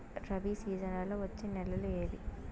రబి సీజన్లలో వచ్చే నెలలు ఏవి?